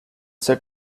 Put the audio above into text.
set